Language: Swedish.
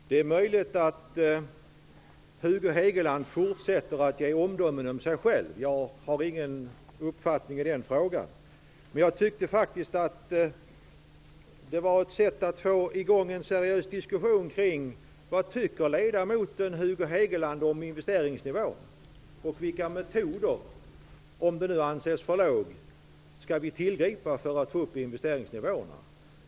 Herr talman! Det är möjligt att Hugo Hegeland fortsätter att framföra omdömen om sig själv. Jag har ingen uppfattning i den frågan. Mina frågor var ett försök att få i gång en seriös diskussion kring investeringsnivån. Vad tycker ledamoten Hugo Hegeland om den? Och, om han nu instämmer i att den är för låg: Vilka metoder skall vi tillgripa för att få upp investeringsnivån?